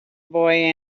boy